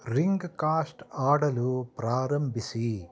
ring cast ಆಡಲು ಪ್ರಾರಂಭಿಸಿ